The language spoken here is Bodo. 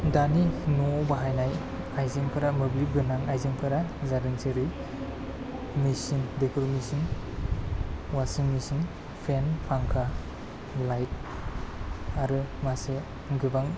दानि न' बाहायनाय आइजेंफोरा मोब्लिब गोनां आइजेंफोरा जादों जेरै मिसिन दै गुदुं मिसिन वासिं मिसिन फेन फांखा लाइट आरो मासे गोबां